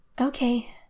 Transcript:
Okay